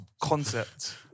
concept